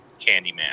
Candyman